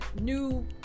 new